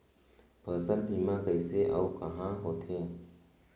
फसल बीमा कइसे अऊ कहाँ होथे?